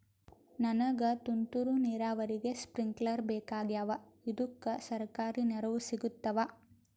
ನನಗ ತುಂತೂರು ನೀರಾವರಿಗೆ ಸ್ಪಿಂಕ್ಲರ ಬೇಕಾಗ್ಯಾವ ಇದುಕ ಸರ್ಕಾರಿ ನೆರವು ಸಿಗತ್ತಾವ?